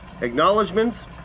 Acknowledgements